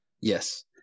Yes